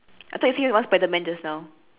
I thought you say you want spiderman just now